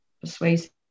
persuasive